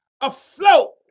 afloat